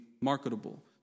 marketable